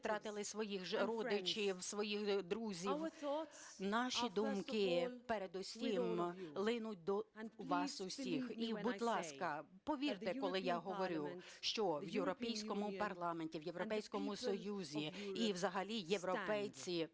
Наші думки передусім линуть до вас усіх і, будь ласка, повірте, коли я говорю, що в Європейському парламенті, в Європейському Союзі і взагалі європейці